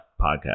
podcast